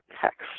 text